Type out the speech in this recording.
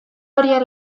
horien